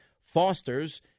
fosters